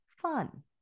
fun